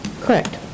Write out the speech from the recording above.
Correct